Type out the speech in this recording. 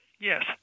Yes